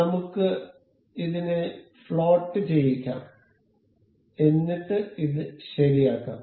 നമുക്ക് ഇതിനെ ഫ്ളോട്ട് ചെയ്യിക്കാം എന്നിട്ട് ഇത് ശരിയാക്കാം